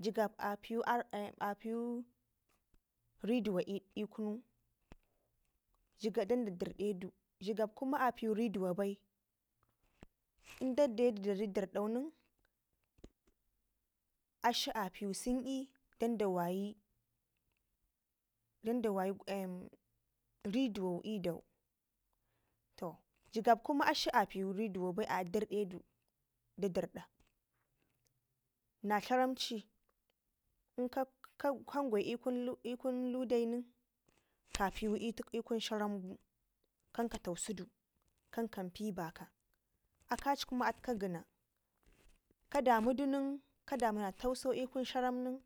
Jigab apiwu r apiwu riduwa ikunu jigab danda derdedu jigab kuma api riduwa bai inda dedu dari derdo nen akshi api senyɘ danda wayi danda wayi riduwa idau to jigab kuma akshi api riduwo ba danda derde du na dlaramci inkagwe ikun ikun ikun ludayu nen kapiwu ikun dlaramgu kanka tausudu kan kanpi baka akaci kuma atka gɘna kadamudu nen ka damuna tauso ikun dlaramgu nen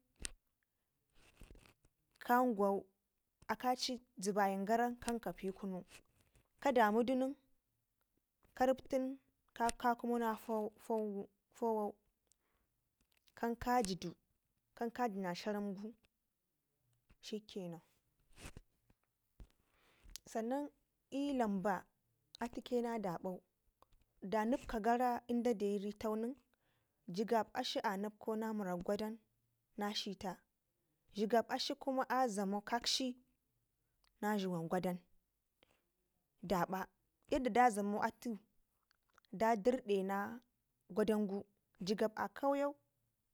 kan gwau akaci zebayin garan kankapi kunu kadamu du nen ka riptin kakumuna kakumna fowau fowau fowau kankajidu kan kajina dlaramgu shikenan. Sannan ilamba atuke na dabau da nepka gara indade iri tau nen jigab akshi a nepkau na mirak gwadan na shiya jigab kuma a dlama kakshi na dlugwan gwadan. daɓa yadda da dlamau atu da derdena gwadangu jigab a kauyɘu